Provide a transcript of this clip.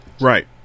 Right